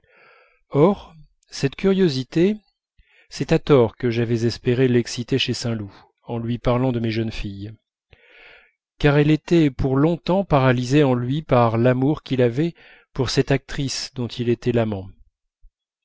or cette curiosité c'est à tort que j'avais espéré l'exciter chez saint loup en lui parlant de mes jeunes filles car elle était pour longtemps paralysée en lui par l'amour qu'il avait pour cette actrice dont il était l'amant